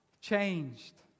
changed